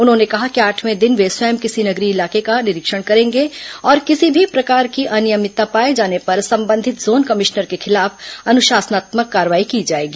उन्होंने कहा कि आठवें दिन वे स्वयं किसी नगरीय इलाके का निरीक्षण करेंगे और किसी भी प्रकार की अनियमितता पाए जाने पर संबंधित जोन कमिश्नर के खिलाफ अनुशासनात्मक कार्रवाई की जाएगी